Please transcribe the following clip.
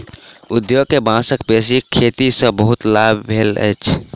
उद्योग के बांसक बेसी खेती सॅ बहुत लाभ भेल अछि